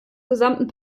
gesamten